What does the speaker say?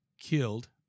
killed